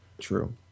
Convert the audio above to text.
True